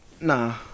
Nah